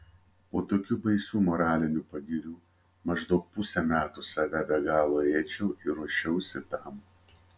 po tokių baisių moralinių pagirių maždaug pusę metų save be galo ėdžiau ir ruošiausi tam